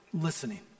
listening